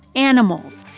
animals,